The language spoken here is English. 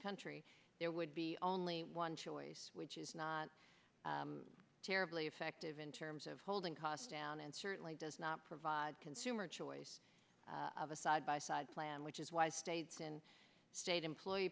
country there would be only one choice which is not terribly effective in terms of holding costs down and certainly does not provide consumer choice of a side by side plan which is why states and state employee